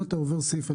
אם אתה עובר סעיף,